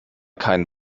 kein